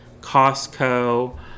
Costco